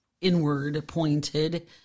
inward-pointed